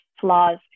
flaws